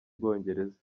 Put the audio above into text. bwongereza